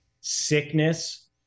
sickness